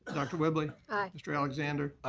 dr. whibley. aye. mr. alexander.